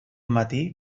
matí